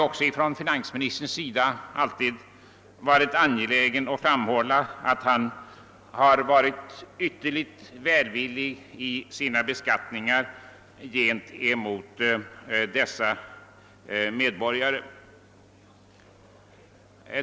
Finansministern har ju alltid varit angelägen om att framhålla att han varit ytterligt välvillig mot dessa fastighetsägare när det varit aktuellt med skattehöjningar.